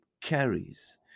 carries